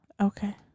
Okay